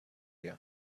you